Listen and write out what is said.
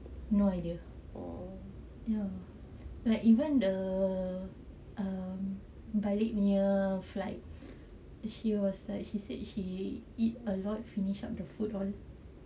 no idea ya like even the um balik punya flight she was like she said she eat a lot finish up the food all